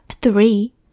three